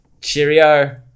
cheerio